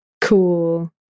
cool